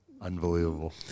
Unbelievable